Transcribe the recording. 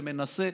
טועה ומנסה,